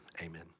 amen